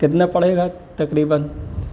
کتنا پڑے گا تقریباً